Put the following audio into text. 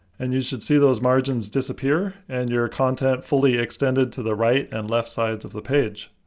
and you should see those margins disappear and your content fully extended to the right and left sides of the page.